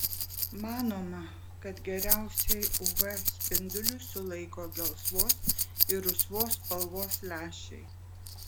manoma kad geriausiai uv spindulius sulaiko gelsvos ir rusvos spalvos lęšiai